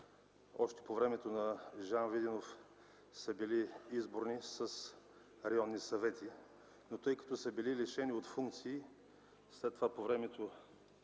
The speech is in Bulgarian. Още по времето на Жан Виденов са били изборни, с районни съвети, но тъй като са били лишени от функции, след това по времето